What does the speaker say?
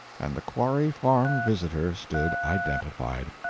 and the quarry farm visitor stood identified.